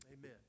Amen